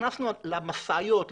נכנסנו למשאיות,